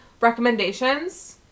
recommendations